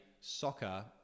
soccer